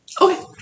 Okay